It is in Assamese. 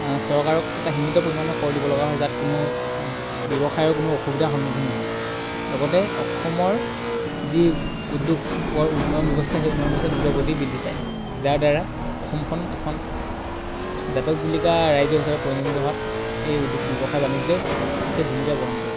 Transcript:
চৰকাৰক এটা সীমিত পৰিমাণৰ কৰ দিব লগা হয় য'ত কোনো ব্যৱসায়ৰ কোনো অসুবিধা সন্মুখীন নহয় লগতে অসমৰ যি উদ্যোগৰ উন্নয়ন ব্যৱস্থা সেই উন্নয়ন ব্যৱস্থা দ্ৰুতগতিত বৃদ্ধি পায় যাৰ দ্বাৰা অসমখন এখন জাকত জিলিকা ৰাজ্য যিচাপে পৰিগণিত হোৱাত এই উদ্যোগ ব্যৱসায় বাণিজ্যই বিশেষ ভূমিকা গ্ৰহণ কৰে